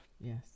Yes